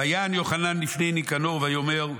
ויען יוחנן לפני ניקנור ויאמר: